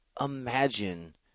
imagine